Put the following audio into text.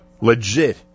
legit